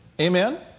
amen